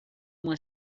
uma